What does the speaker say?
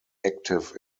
active